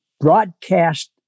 broadcast